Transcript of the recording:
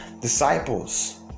disciples